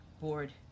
board